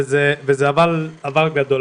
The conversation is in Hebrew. וזה אבל גדול,